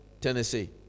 Tennessee